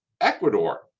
Ecuador